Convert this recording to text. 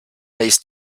ist